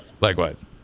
Likewise